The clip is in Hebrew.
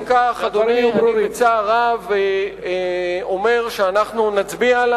אם כך, אדוני, אני בצער רב אומר שאנחנו נצביע על